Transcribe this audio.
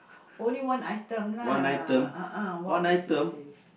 only one item lah a'ah what would you save